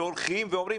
והולכים ואומרים,